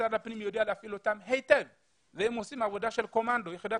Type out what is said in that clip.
משרד הפנים יודע להפעיל אותם היטב והם עושים עבודה של יחידת קומנדו.